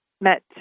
met